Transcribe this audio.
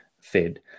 fed